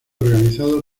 organizado